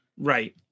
Right